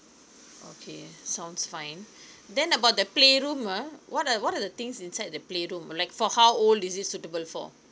okay sounds fine then about the playroom ah what are what are the things inside the playroom like for how old is this suitable for